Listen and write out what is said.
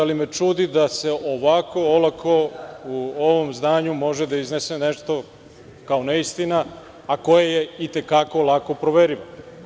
Ali me čudi da se ovako olako u ovom zdanju može da iznese nešto kao neistina, a koja je i te kako lako proverljiva.